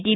T